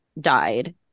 Died